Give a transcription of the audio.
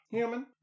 Human